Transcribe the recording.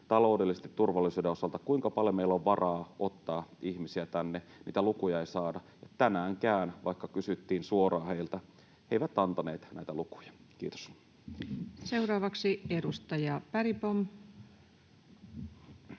taloudellisesti ja turvallisuuden osalta, kuinka paljon meillä on varaa ottaa ihmisiä tänne, niitä lukuja ei saada — tänäänkään, vaikka kysyttiin suoraan heiltä, he eivät antaneet näitä lukuja. — Kiitos. Seuraavaksi edustaja Bergbom.